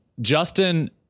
Justin